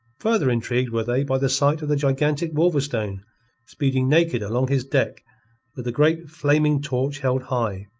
further intrigued were they by the sight of the gigantic wolverstone speeding naked along his deck with a great flaming torch held high.